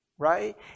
right